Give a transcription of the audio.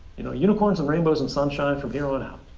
you know unicorns, and rainbows, and sunshine from here on out.